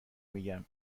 میگم